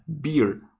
beer